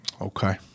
Okay